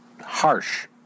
harsh